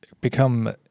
become